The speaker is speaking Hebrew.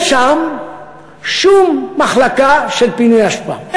אין שם שום מחלקה של פינוי אשפה.